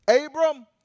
Abram